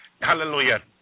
Hallelujah